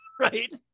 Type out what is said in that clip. Right